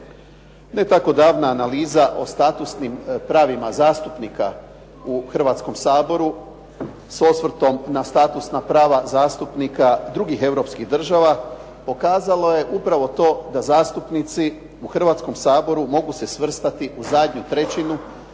Ne tako davna analiza o statusnim pravima zastupnika u Hrvatskom saboru s osvrtom na statusna prava zastupnika drugih europskih dužnosnika pokazalo je upravo to da zastupnici u Hrvatskom saboru mogu se svrstati u zadnju trećinu